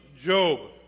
Job